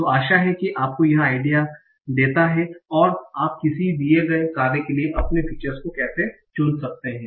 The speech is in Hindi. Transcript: तो आशा है कि यह आपको कुछ आइडिया देता है और आप किसी दिए गए कार्य के लिए अपने फीचर्स को कैसे चुन सकते हैं